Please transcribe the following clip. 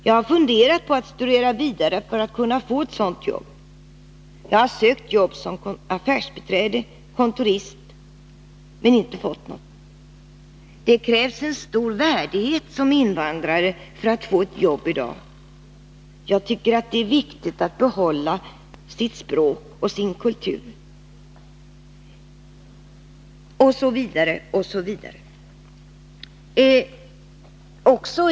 Jag har funderat på att studera vidare för att kunna få ett sånt jobb. Jag har sökt jobb som affärsbiträde, kontorist ———. Men inte fått nåt. — Det krävs en stor värdighet som invandrare för att få ett jobb i dag. Jag tycker det är viktigt att behålla sitt språk och sin kultur.” Osv., osv.